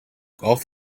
golf